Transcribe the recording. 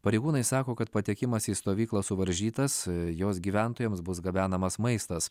pareigūnai sako kad patekimas į stovyklą suvaržytas jos gyventojams bus gabenamas maistas